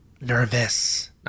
Nervous